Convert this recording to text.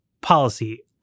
policy